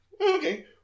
Okay